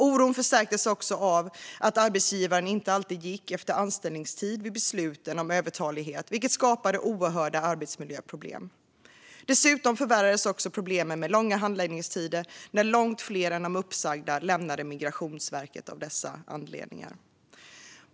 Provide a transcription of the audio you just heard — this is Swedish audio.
Oron förstärktes också av att arbetsgivaren inte alltid gick efter anställningstid vid besluten om övertalighet, vilket skapade oerhörda arbetsmiljöproblem. Dessutom förvärrades problemen med långa handläggningstider när långt fler än de uppsagda lämnade Migrationsverket av dessa anledningar.